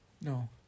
No